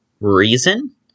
reason